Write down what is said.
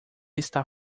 está